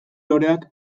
loreak